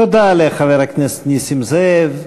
תודה לחבר הכנסת נסים זאב.